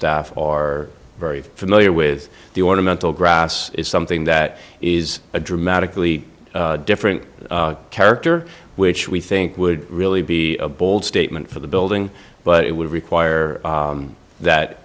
staff are very familiar with the ornamental grass is something that is a dramatically different character which we think would really be a bold statement for the building but it would require that